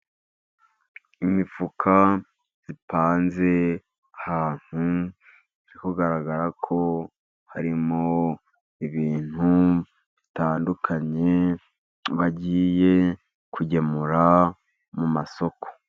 Imifuka ipanze ahantu, biri kugaragara ko harimo ibintu bitandukanye bagiye kugemura mu masoko.